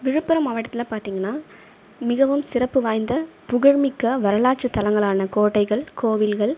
விழுப்புரம் மாவட்டத்தில் பார்த்தீங்கனா மிகவும் சிறப்பு வாய்ந்த புகழ்மிக்க வரலாற்றுதளங்களான கோட்டைகள் கோவில்கள்